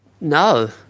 no